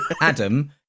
Adam